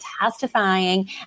testifying